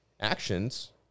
actions